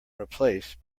replaced